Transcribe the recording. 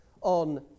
on